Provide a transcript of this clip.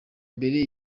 mbere